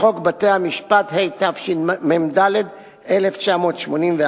לחוק בתי-המשפט, התשמ"ד 1984,